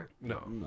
no